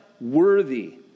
worthy